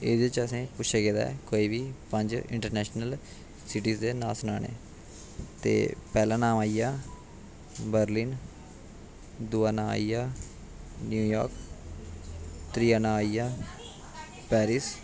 एह्दे च असें गी पुच्छेआ गेदा ऐ कोई बी पंज इंटरनेशनल सिटीज दे नांऽ सनाने ते पैह्ला नाम आई गेआ बर्लिन दूआ नांऽ आई गेआ न्यूयार्क त्रिया नांऽ आई गेआ पेरिस